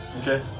Okay